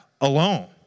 alone